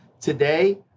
Today